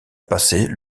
passer